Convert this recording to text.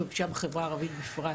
ובפשיעה בחברה הערבית בפרט,